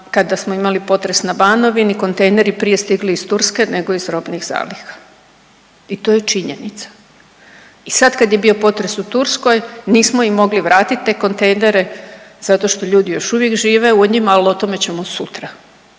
kada smo imali potres na Banovini kontejneri prije stigli iz Turske nego iz robnih zaliha. I to je činjenica. I sad kad je bio potres u Turskoj nismo im mogli vratiti te kontejnere zato što ljudi još uvijek žive u njima, ali o tome ćemo sutra.